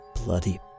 bloody